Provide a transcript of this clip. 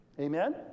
Amen